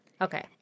Okay